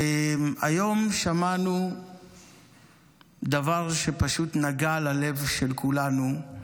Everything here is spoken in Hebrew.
היום שמענו דבר שפשוט נגע ללב של כולנו,